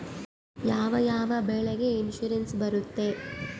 ಯಾವ ಯಾವ ಬೆಳೆಗೆ ಇನ್ಸುರೆನ್ಸ್ ಬರುತ್ತೆ?